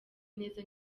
neza